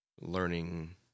learning